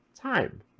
Time